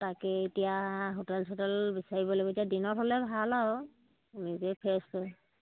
তাকে এতিয়া হোটেল চোটেল বিচাৰিব লাগিব এতিয়া দিনত হ'লে ভাল আৰু নিজেই ফ্ৰেছ হৈ